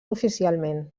oficialment